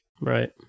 Right